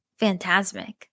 Fantasmic